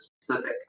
specific